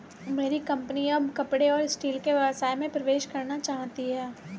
मेरी कंपनी अब कपड़े और स्टील के व्यवसाय में प्रवेश करना चाहती है